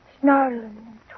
Snarling